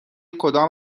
کدام